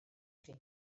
chi